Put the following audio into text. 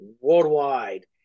worldwide